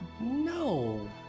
No